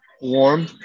warm